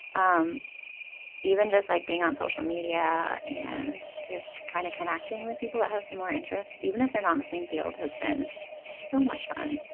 um even just like being on social media and just kind of connecting with people that have similar interests, even if they're not in the same field, has been so much fun.